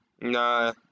Nah